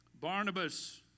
Barnabas